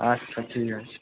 আচ্ছা ঠিক আছে